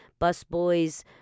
busboys